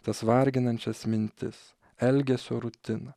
tas varginančias mintis elgesio rutiną